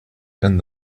and